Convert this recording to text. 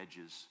edges